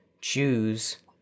choose